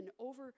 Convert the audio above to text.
over